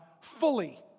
fully